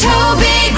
Toby